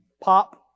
Pop